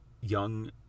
young